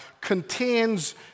contains